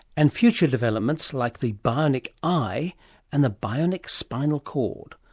and future developments like the bionic eye and the bionic spinal cord.